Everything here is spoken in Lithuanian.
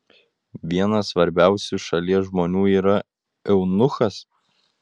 vienas svarbiausių šalies žmonių yra eunuchas